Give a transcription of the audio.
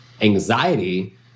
Anxiety